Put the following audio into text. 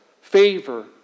favor